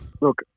Look